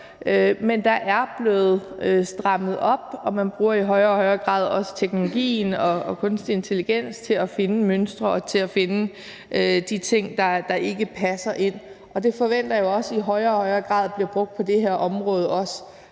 Men der er blevet strammet op, og man bruger i højere og højere grad også teknologien og kunstig intelligens til at finde mønstre og til at finde de ting, der ikke passer ind. Det forventer jeg også i højere og højere grad bliver brugt på det her område,